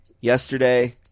yesterday